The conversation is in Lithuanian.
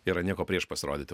yra nieko prieš pasirodyti